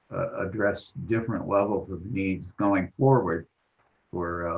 address different levels of needs going forward for